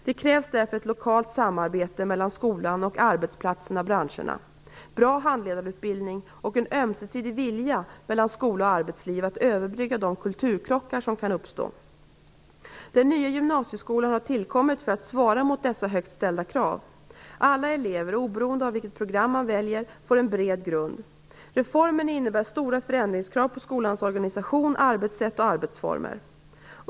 Det krävs därför ett lokalt samarbete mellan skolan och arbetsplatserna/branscherna, bra handledarutbildning och en ömsesidig vilja från skola och arbetsliv att överbrygga de kulturkrockar som kan uppstå. Den nya gymnasieskolan har tillkommit för att svara mot dessa högt ställda krav. Alla elever, oberoende av vilket program man väljer, får en bred grund. Reformen innebär stora förändringskrav på skolans organisation, arbetssätt och arbetsformer.